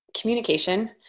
Communication